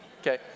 okay